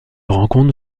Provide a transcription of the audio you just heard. rencontre